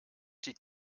die